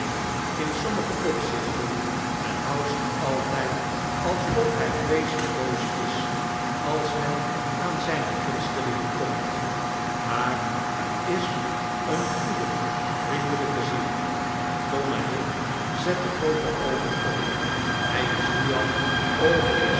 in sommige opzichten en houdt zich altyd alsof hy vreeselyk boos is als men aan zyne gunstelingen komt maar hy is een goede vriendelyke ziel i tom en ik zetten groote oogen op hy is nu al over de